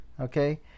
okay